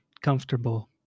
comfortable